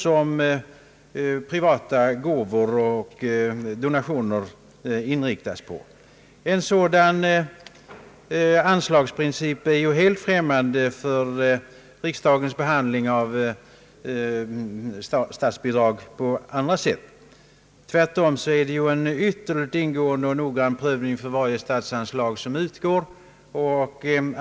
som privata gåvor och donationer inbringar. En sådan anslagsprincip är helt främmande för riksdagens behandling av statsbidrag i andra avseenden. Tvärtom har vi en ytterligt ingående och noggrann prövning av varje statsanslag som utgår.